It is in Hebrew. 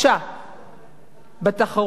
בתחרות החופשית.